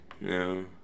No